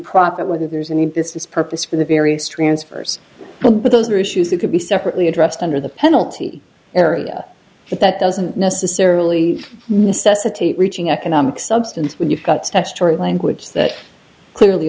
profit whether there's any business purpose for the various transfers but those are issues that could be separately addressed under the penalty area but that doesn't necessarily necessitate reaching economic substance when you've got texture of language that clearly